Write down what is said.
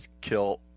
kill